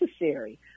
necessary